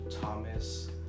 Thomas